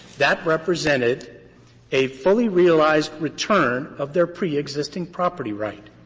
that represented a fully realized return of their preexisting property right.